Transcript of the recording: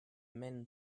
men